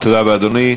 תודה רבה, אדוני.